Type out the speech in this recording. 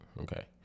Okay